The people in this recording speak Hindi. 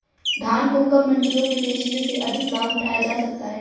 धान को कब मंडियों में बेचने से अधिक लाभ उठाया जा सकता है?